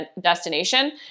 destination